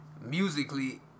musically